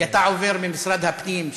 כי אתה עובר ממשרד הפנים,